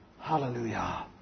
Hallelujah